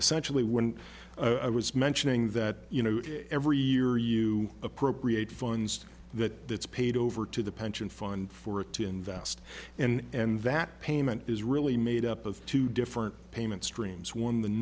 essentially when i was mentioning that you know every year you appropriate funds that paid over to the pension fund for it to invest and that payment is really made up of two different payment streams one th